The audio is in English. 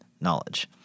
knowledge